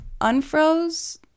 unfroze